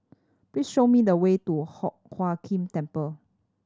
please show me the way to Hock Huat Keng Temple